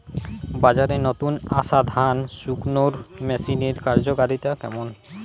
বাজারে নতুন আসা ধান শুকনোর মেশিনের কার্যকারিতা কেমন?